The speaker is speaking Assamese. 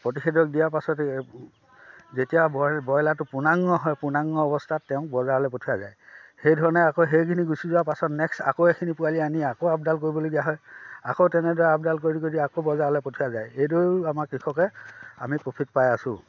প্ৰতিষেধক দিয়াৰ পাছত যেতিয়া বইলাৰটো পূৰ্ণাঙ্গ হয় পূৰ্ণাঙ্গ অৱস্থাত তেওঁক বজাৰলৈ পঠিওৱা যায় সেইধৰণে আকৌ সেইখিনি গুচি যোৱাৰ পাছত নেক্স আকৌ এখিনি পোৱালি আনি আকৌ আপডাল কৰিবলগীয়া হয় আকৌ তেনেদৰে আপডাল কৰি কৰি আকৌ বজাৰলৈ পঠিওৱা যায় এইটো আমাৰ কৃষকে আমি প্ৰফিট পাই আছোঁ